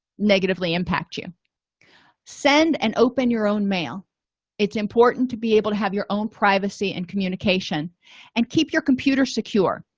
negatively impact you send and open your own mail it's important to be able to have your own privacy and communication and keep your computer secure